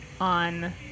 on